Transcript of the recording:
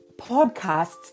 podcasts